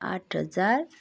आठ हजार